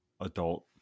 adult